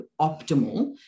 optimal